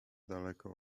daleko